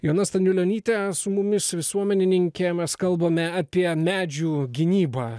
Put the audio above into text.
joana staniulionytė su mumis visuomenininkė mes kalbame apie medžių gynybą